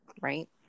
right